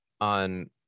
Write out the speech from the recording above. on